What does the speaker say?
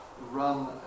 run